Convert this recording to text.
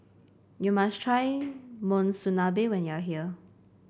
you must try Monsunabe when you are here